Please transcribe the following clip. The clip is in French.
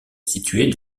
située